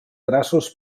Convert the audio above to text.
traços